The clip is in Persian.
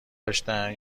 داشتن